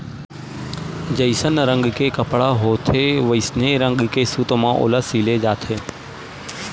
जइसन रंग के कपड़ा होथे वइसने रंग के सूत म ओला सिले जाथे